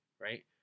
right